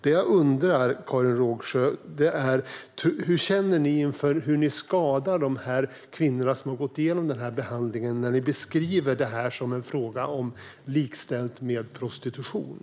Det jag undrar, Karin Rågsjö, är hur ni känner inför hur ni skadar de kvinnor som har genomgått den här behandlingen när ni likställer detta med prostitution.